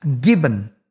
given